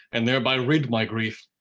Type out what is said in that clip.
and thereby rid my grief.